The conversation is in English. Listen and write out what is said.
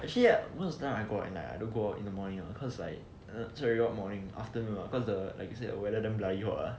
actually ya most of the time I go out at night I don't go out in the morning lah cause like uh sorry got morning afternoon cause the exit or weather damn bloody hot ah